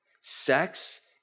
Sex